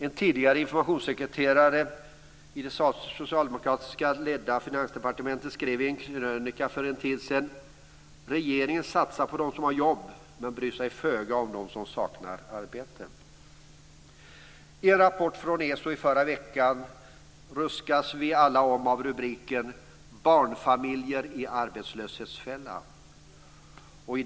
En tidigare informationssekreterare i det socialdemokratiskt ledda Finansdepartementet skrev i en krönika för en tid sedan att regeringen satsar på dem som har jobb, men bryr sig föga om dem som saknar arbete. Det kom en rapport från ESO i förra veckan. Vi ruskas alla om av rubriken Barnfamiljer i arbetslöshetsfälla.